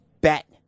bet